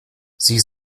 sich